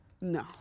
no